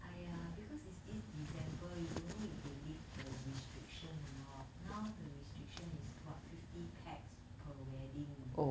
!aiya! because is this december you don't know if they lift the restriction or not now the restriction is what fifty pax per wedding